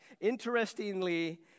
interestingly